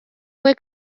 fue